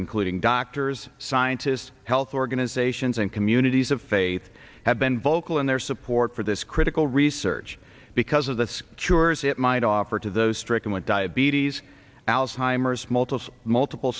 including doctors scientists health organizations and communities of faith have been vocal in their support for this critical research because of the cures it might offer to those stricken with diabetes alzheimer's multiple multiple